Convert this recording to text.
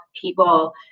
people